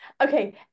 Okay